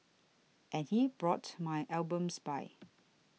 and he brought my albums by